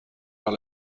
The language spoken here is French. vers